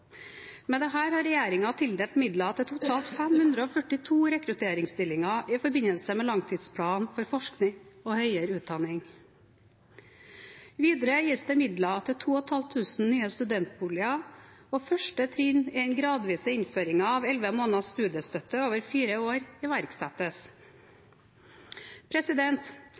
Med dette har regjeringen tildelt midler til totalt 542 rekrutteringsstillinger i forbindelse med langtidsplanen for forskning og høyere utdanning. Videre gis det midler til 2 500 nye studentboliger, og første trinn i den gradvise innføringen av elleve måneders studiestøtte over fire år iverksettes.